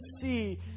see